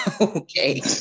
Okay